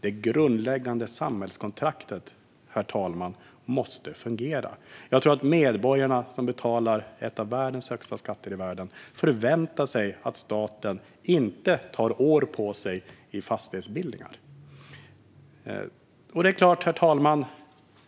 Det grundläggande samhällskontraktet måste fungera. Jag tror att medborgarna, som betalar en av världens högsta skatter, förväntar sig att staten inte tar år på sig med fastighetsbildningar.